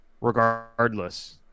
regardless